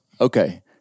okay